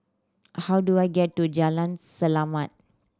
how do I get to Jalan Selamat